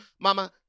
Mama